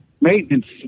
maintenance